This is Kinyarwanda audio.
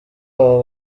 abo